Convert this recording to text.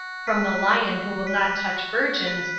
from the lion who will not touch virgins,